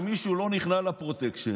מישהו שלא נכנע לפרוטקשן,